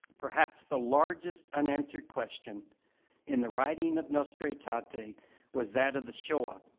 perhaps the largest unanswered question in the writing of nostra aetate ah aetate was that of the shoah.